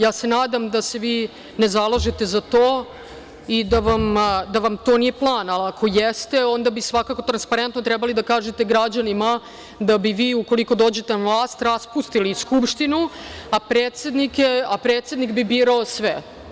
Ja se nadam da se vi ne zalažete za to i da vam to nije plan, a ako jeste, onda bi svakako transparentno trebali da kažete građanima da bi vi ukoliko dođete na vlast raspustili Skupštinu, a predsednik bi birao sve.